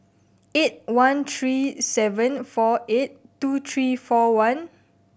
eight one three seven four eight two three four one